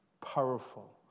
powerful